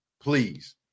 please